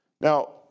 Now